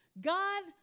God